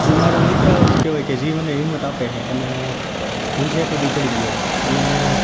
એ મારો મિત્ર જ કહેવાય કે જે મને હિંમત આપે છે અને હું છેક સુધી ચડી ગયો અને